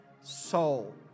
soul